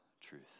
truth